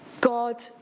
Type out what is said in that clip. God